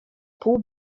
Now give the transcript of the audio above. pół